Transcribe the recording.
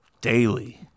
daily